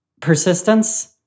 persistence